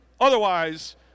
otherwise